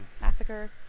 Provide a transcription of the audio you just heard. massacre